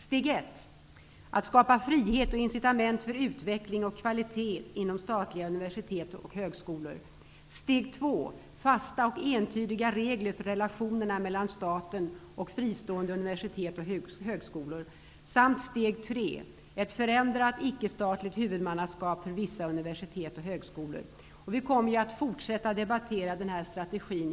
Steg 1: att skapa frihet och incitament för utveckling och kvalitet inom statliga universitet och högskolor, steg 2: fasta och entydiga regler för relationerna mellan staten och fristående universitet och högskolor samt steg 3: ett förändrat ickestatligt huvudmannaskap för vissa universitet och högskolor. Vi kommer här i kammaren inom kort att fortsätta debattera den här strategin.